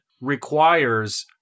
requires